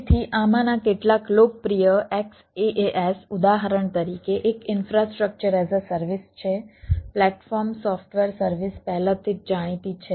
તેથી આમાંના કેટલાક લોકપ્રિય XaaS ઉદાહરણ તરીકે એક ઇન્ફ્રાસ્ટ્રક્ચર એઝ અ સર્વિસ છે પ્લેટફોર્મ સોફ્ટવેર સર્વિસ પહેલેથી જ જાણીતી છે